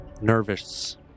nervous